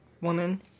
woman